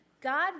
God